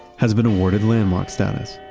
has it been awarded landmark status